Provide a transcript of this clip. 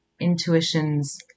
intuitions